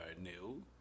new